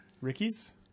Ricky's